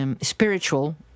spiritual